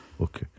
Okay